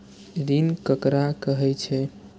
ऋण ककरा कहे छै?